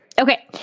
Okay